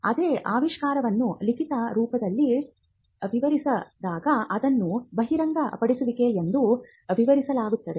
ಅದೇ ಆವಿಷ್ಕಾರವನ್ನು ಲಿಖಿತ ರೂಪದಲ್ಲಿ ವಿವರಿಸಿದಾಗ ಅದನ್ನು ಬಹಿರಂಗಪಡಿಸುವಿಕೆ ಎಂದು ವಿವರಿಸಲಾಗುತ್ತದೆ